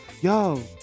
Yo